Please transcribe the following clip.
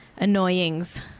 Annoyings